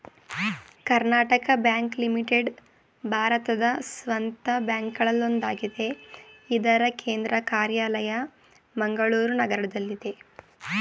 Karnataka bank limited ಭಾರತದ ಸ್ವಂತ ಬ್ಯಾಂಕ್ಗಳಲ್ಲೊಂದಾಗಿದೆ ಇದ್ರ ಕೇಂದ್ರ ಕಾರ್ಯಾಲಯ ಮಂಗಳೂರು ನಗರದಲ್ಲಿದೆ